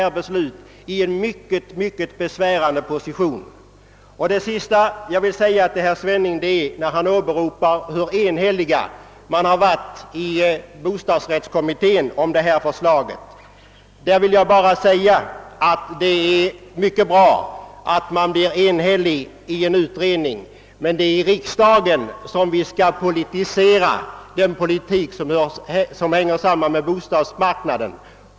Vi kommer genom att fatta ett dylikt beslut att försätta dessa bostadsföretag i ett mycket besvärligt läge. Till sist vill jag ta upp herr Svennings åberopande av bostadsrättskommittens enhällighet om detta förslag. Det är enligt min mening mycket bra att en utredning är enhällig, men det är i riksdagen som vi skall forma den politik som hänger samman med bostadsmarknaden.